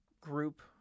group